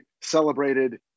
celebrated